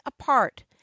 apart